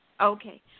Okay